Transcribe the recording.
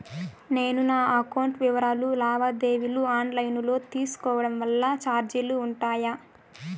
నేను నా అకౌంట్ వివరాలు లావాదేవీలు ఆన్ లైను లో తీసుకోవడం వల్ల చార్జీలు ఉంటాయా?